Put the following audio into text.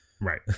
Right